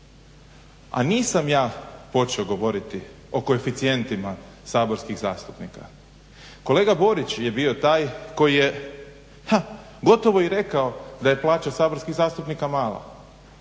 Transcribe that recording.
A nisam ja počeo govoriti o koeficijentima saborskih zastupnika. Kolega Borić je bio taj koji je gotovo i rekao da je plaća saborskih zastupnika mala.